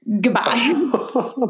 Goodbye